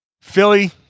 Philly